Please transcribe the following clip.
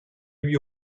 lui